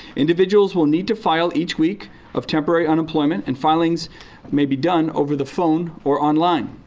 individuals will need to file each week of temporary unemployment and filings may be done over the phone or online.